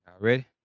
Ready